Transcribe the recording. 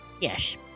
Yes